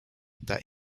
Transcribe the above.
that